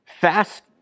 fast